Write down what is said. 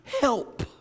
help